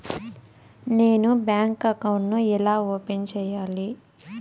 నేను bank account ను ఎలా ఓపెన్ సేయాలి?